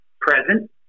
present